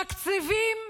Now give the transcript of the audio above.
תקציבים